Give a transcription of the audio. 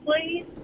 please